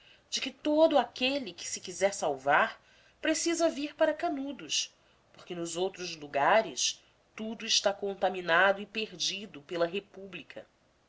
de que todo aquele que se quiser salvar precisa vir para canudos porque nos outros lugares tudo está contaminado e perdido pela república